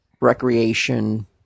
recreation